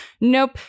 Nope